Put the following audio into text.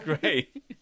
great